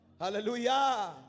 Hallelujah